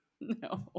No